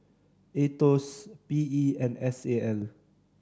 Aetos P E and S A L